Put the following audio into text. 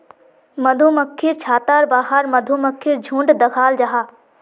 मधुमक्खिर छत्तार बाहर मधुमक्खीर झुण्ड दखाल जाहा